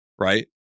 right